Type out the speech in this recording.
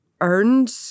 earned